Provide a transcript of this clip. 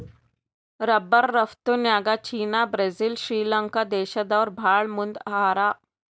rubber ರಫ್ತುನ್ಯಾಗ್ China Brazil Sri Lanka ದೇಶ್ದವ್ರು ಭಾಳ್ ಮುಂದ್ ಹಾರ